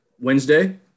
Wednesday